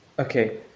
Okay